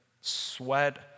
sweat